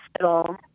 hospital